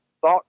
thought